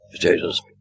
potatoes